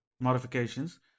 modifications